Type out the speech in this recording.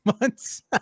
months